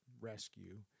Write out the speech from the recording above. rescue